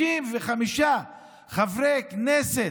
55 חברי כנסת,